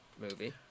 movie